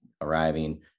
arriving